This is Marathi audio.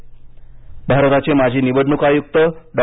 निधन भारताचे माजी निवडणूक आयुक्त डॉ